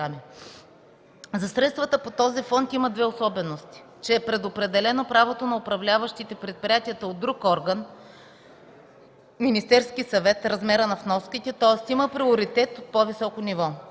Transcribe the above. За средствата по този фонд има две особености – че е предопределено правото на управляващите предприятието от друг орган – Министерския съвет, да определят размера на вноските. Тоест има приоритет от по-високо ниво.